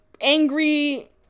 angry